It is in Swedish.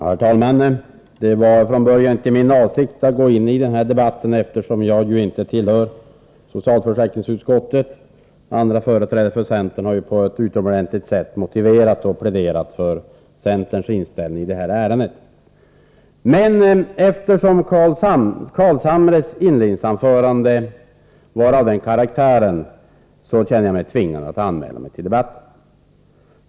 Herr talman! Det var från början inte min avsikt att gå in i den här debatten, eftersom jag inte tillhör socialförsäkringsutskottet. Andra företrädare för centern har på ett utomordentligt sätt motiverat och pläderat för centerns inställning i detta ärende. Men Nils Carlshamres inledningsanförande var av den karaktären att jag kände mig tvingad att anmäla mig till debatten.